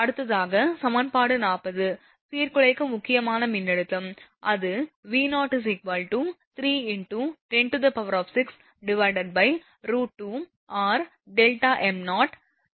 அடுத்ததாக சமன்பாடு 40 சீர்குலைக்கும் முக்கியமான மின்னழுத்தம் அது V0 3 ×106 √2rδm0 ln Deq r volts